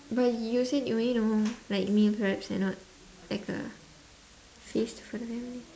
but you said you only know like meal preps and not like a feast for the family